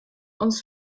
uns